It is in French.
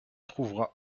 trouvera